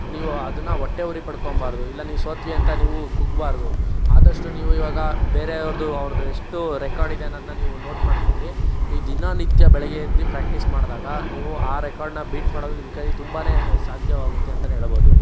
ನೀವು ಅದನ್ನು ಹೊಟ್ಟೆ ಉರಿ ಪಡ್ಕೋಬಾರದು ಇಲ್ಲ ನೀವು ಸೋತ್ವಿ ಅಂತ ನೀವು ಕುಗ್ಗಬಾರ್ದು ಆದಷ್ಟು ನೀವು ಇವಾಗ ಬೇರೆ ಅವ್ರದ್ದು ಅವ್ರದ್ದೆಷ್ಟು ರೆಕಾರ್ಡ್ ಇದೆ ಅನ್ನೋದನ್ನ ನೀವು ನೋಟ್ ಮಾಡ್ಕೊಂಡು ನೀವು ದಿನನಿತ್ಯ ಬೆಳಗ್ಗೆ ಎದ್ದು ಪ್ರ್ಯಾಕ್ಟೀಸ್ ಮಾಡಿದಾಗ ನೀವು ಆ ರೆಕಾರ್ಡ್ನ ಬೀಟ್ ಮಾಡೋದು ನಿಮ್ಮ ಕೈಯ್ಯಲ್ಲಿ ತುಂಬನೇ ಸಾಧ್ಯವಾಗುತ್ತೆ ಅಂತಲೇ ಹೇಳ್ಬೋದು